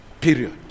Period